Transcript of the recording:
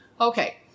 Okay